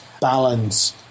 balance